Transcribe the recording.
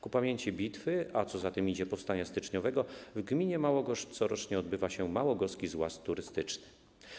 Ku pamięci bitwy, a co za tym idzie - powstania styczniowego w gminie Małogoszcz corocznie odbywa się Małogoski Złaz Turystyczny.